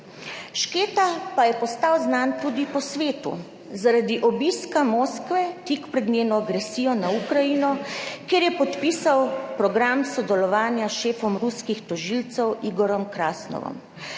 Šketa pa je postal znan tudi po svetu zaradi obiska Moskve tik pred njeno agresijo na Ukrajino, kjer je podpisal program sodelovanja s šefom ruskih tožilcev Igorjem Krasnovom.